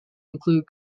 include